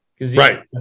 Right